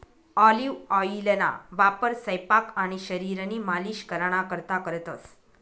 olive ऑइलना वापर सयपाक आणि शरीरनी मालिश कराना करता करतंस